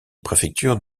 préfecture